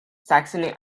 saxony